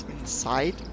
inside